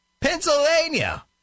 Pennsylvania